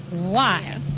why?